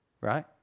Right